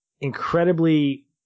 incredibly